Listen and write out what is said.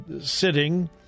sitting